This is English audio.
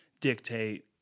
dictate